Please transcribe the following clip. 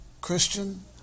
Christian